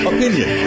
Opinion